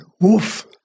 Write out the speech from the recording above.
Woof